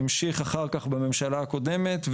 המשיך אחר כך בממשלה הקודמת,